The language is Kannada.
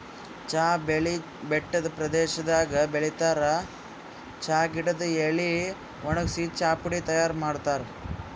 ಚಾ ಬೆಳಿ ಬೆಟ್ಟದ್ ಪ್ರದೇಶದಾಗ್ ಬೆಳಿತಾರ್ ಚಾ ಗಿಡದ್ ಎಲಿ ವಣಗ್ಸಿ ಚಾಪುಡಿ ತೈಯಾರ್ ಮಾಡ್ತಾರ್